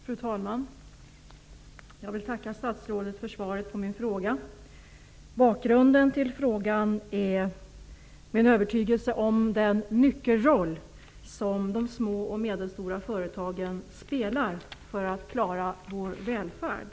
Fru talman! Jag vill tacka statsrådet för svaret på min fråga. Bakgrunden till frågan är min övertygelse om den nyckelroll som de små och medelstora företagen spelar för att klara vår välfärd.